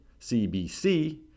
CBC